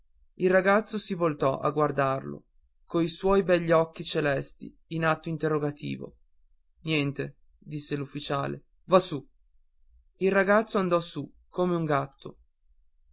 il ragazzo si voltò a guardarlo coi suoi begli occhi celesti in atto interrogativo niente disse l'ufficiale va su il ragazzo andò su come un gatto